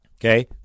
okay